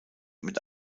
mit